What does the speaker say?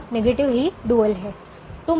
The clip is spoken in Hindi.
का नेगेटिव ही डुअल है